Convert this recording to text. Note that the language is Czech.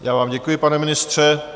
Já vám děkuji, pane ministře.